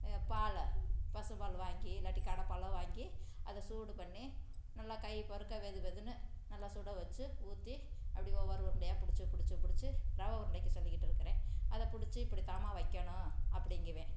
பாலை பசும் பால் வாங்கி இல்லாட்டி கடைப்பாலோ வாங்கி அதை சூடு பண்ணி நல்லா கை பொருக்க வெது வெதுனு நல்லா சுட வச்சு ஊற்றி அப்படி ஒவ்வொரு உருண்டையாக பிடிச்சு பிடிச்சு பிடிச்சு ரவை உருண்டைக்கு சொல்லிக்கிட்டுயிருக்கிறேன் அதை அதை பிடிச்சு இப்படி தாம்மா வைக்கணும் அப்படிங்குவேன்